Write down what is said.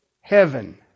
heaven